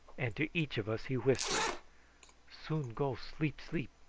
and to each of us he whispered soon go sleep sleep.